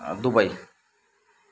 Dubai